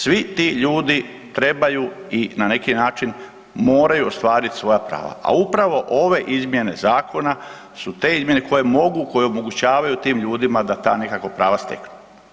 Svi ti ljudi trebaju i na neki način, moraju ostvariti svoja prava a u pravo ove izmjene zakona su te izmjene koje mogu, koje omogućavaju da ta nekako prava steknu.